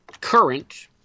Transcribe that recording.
current